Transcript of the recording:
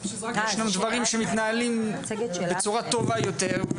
יש דברים שמתנהלים בצורה טובה יותר,